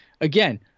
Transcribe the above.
again